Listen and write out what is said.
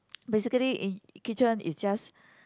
basically in kitchen is just